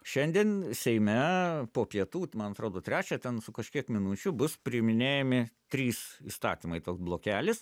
šiandien seime po pietų man atrodo trečią ten su kažkiek minučių bus priiminėjami trys įstatymai toks blokelis